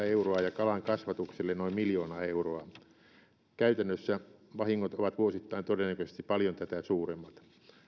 euroa ja kalankasvatukselle noin miljoona euroa käytännössä vahingot ovat vuosittain todennäköisesti paljon tätä suuremmat